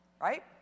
right